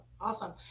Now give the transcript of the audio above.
Awesome